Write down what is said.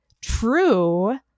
true